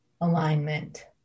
alignment